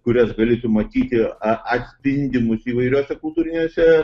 kurias gali tu matyti a atspindimus įvairiose kultūrinėse